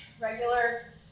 regular